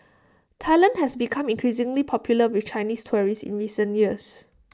Thailand has become increasingly popular with Chinese tourists in recent years